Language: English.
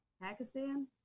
Pakistan